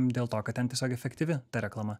dėl to kad ten tiesiog efektyvi ta reklama